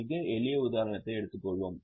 ஒரு மிக எளிய உதாரணத்தை எடுத்துக் கொள்வோம்